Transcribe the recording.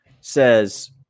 says